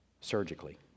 Surgically